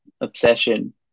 obsession